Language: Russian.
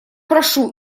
прошу